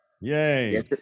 yay